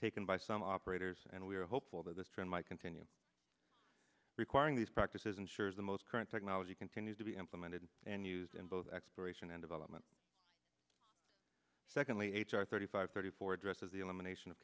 taken by some operators and we are hopeful that this trend might continue requiring these practices ensures the most current technology continues to be implemented and used in both exploration and development secondly h r thirty five thirty four addresses the elimination of